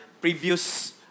previous